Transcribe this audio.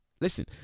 Listen